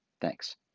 Thanks